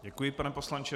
Děkuji, pane poslanče.